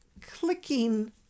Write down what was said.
clicking